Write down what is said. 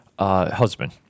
Husband